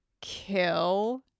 kill